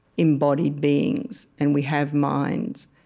embodied beings. and we have minds.